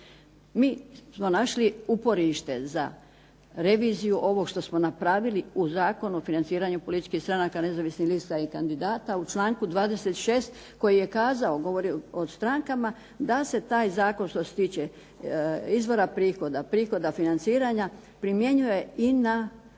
Mi smo našli uporište za reviziju ovog što smo napravili u Zakonu o financiranju političkih stranaka, nezavisnih lista i kandidata u članku 26. koji je kazao, govorio je o strankama da se taj zakon što se tiče izvora prihoda, prihoda financiranja primjenjuje i na